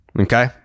Okay